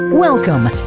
Welcome